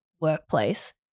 workplace